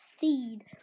seed